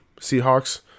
Seahawks